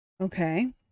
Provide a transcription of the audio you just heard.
Okay